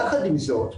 יחד עם זאת,